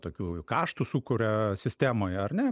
tokių kaštų sukuria sistemoj ar ne